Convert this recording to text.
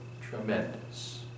tremendous